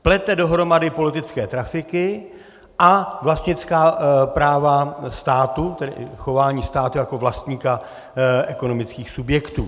Plete dohromady politické trafiky a vlastnická práva státu, tedy chování státu jako vlastníka ekonomických subjektů.